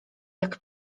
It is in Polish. jak